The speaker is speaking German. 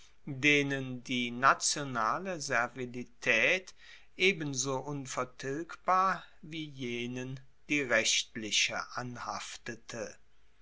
denen die nationale servilitaet ebenso unvertilgbar wie jenen die rechtliche anhaftete